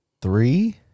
Three